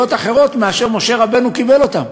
אחרות מאשר אלה שהן משה רבנו קיבל אותו?